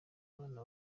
abana